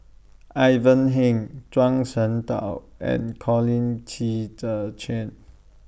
Ivan Heng Zhuang Shengtao and Colin Qi Zhe Quan